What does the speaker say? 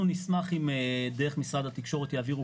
אנחנו נשמח אם דרך משרד התקשורת יעבירו